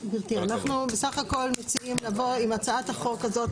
אנחנו בסך הכול מציעים לבוא עם הצעת החוק הזאת.